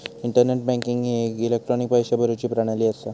internet banking ही एक electronic पैशे भरुची प्रणाली असा